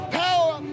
power